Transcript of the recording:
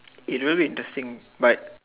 it will be interesting but